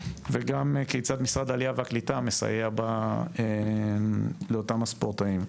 וגם כיצד משרד העלייה והקליטה מסייע לאותם הספורטאים.